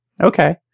Okay